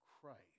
Christ